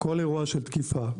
כל אירוע של תקיפה.